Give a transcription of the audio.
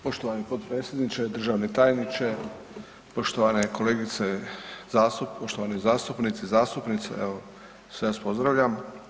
Poštovani potpredsjedniče, državni tajniče, poštovane kolegice, poštovani zastupnici i zastupnice, evo sve vas pozdravljam.